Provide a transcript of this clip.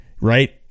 right